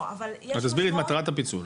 תסבירי את מטרת הפיצול.